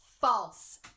False